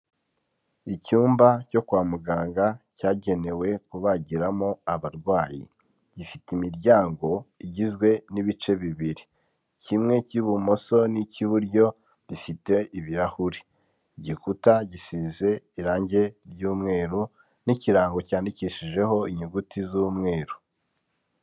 Icyumba cyo kwa muganga cyagenewe kubagiramo abarwayi. Gifite imiryango igizwe n'ibice bibiri, kimwe cy'ibumoso n'icy'iburyo bifite ibirahuri, igikuta gisize irangi ry'umweru n'ikirango cyandikishijeho inyuguti z'umweru.